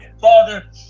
father